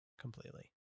completely